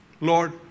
Lord